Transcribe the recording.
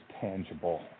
tangible